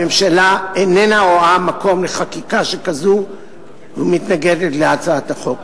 הממשלה איננה רואה מקום לחקיקה שכזאת ומתנגדת להצעת החוק.